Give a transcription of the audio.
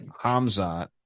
Hamzat